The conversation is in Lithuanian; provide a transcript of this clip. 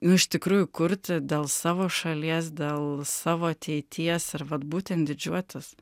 nu iš tikrųjų kurti dėl savo šalies dėl savo ateities ir vat būtent didžiuotis